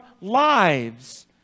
lives